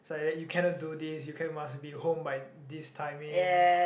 it's like you cannot do this you can must be home by this timing